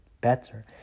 better